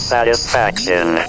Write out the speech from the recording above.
Satisfaction